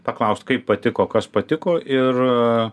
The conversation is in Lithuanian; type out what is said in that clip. paklaust kaip patiko kas patiko ir